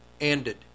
ended